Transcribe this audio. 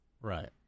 Right